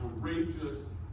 courageous